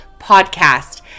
podcast